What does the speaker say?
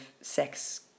sex